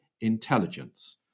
intelligence